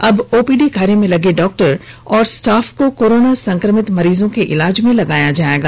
अब ओपीडी कार्य में लगे डॉक्टर और स्टाफ को कोरोना संक्रमित मरीजों के इलाज में लगाया जाएगा